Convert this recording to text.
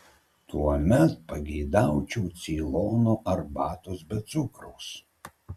tuomet pageidaučiau ceilono arbatos be cukraus